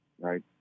Right